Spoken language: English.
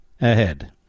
ahead